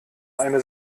eine